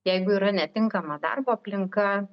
jeigu yra netinkama darbo aplinka